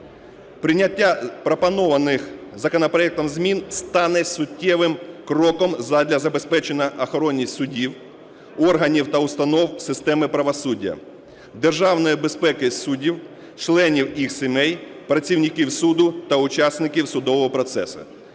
Прийняття пропонованих законопроектом змін стане суттєвим кроком задля забезпечення охорони судів, органів та установ системи правосуддя, державної безпеки суддів, членів їх сімей, працівників суду та учасників судового процесу.